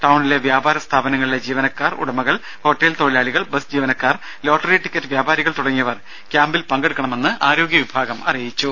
ടൌണിലെ വ്യാപാര സ്ഥാപനങ്ങളിലെ ജീവനക്കാർ ഉടമകൾ ഹോട്ടൽ തൊഴിലാളികൾ ബസ് ജീവനക്കാർ ലോട്ടറി ടിക്കറ്റ് വ്യാപാരികൾ തുടങ്ങിയവർ ക്യാമ്പിൽ പങ്കെടുക്കണമെന്ന് ആരോഗ്യ വിഭാഗം അറിയിച്ചു